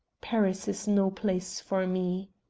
paris is no place for me.